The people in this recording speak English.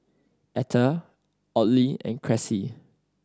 Etta Audley and Cressie